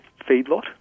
feedlot